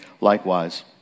likewise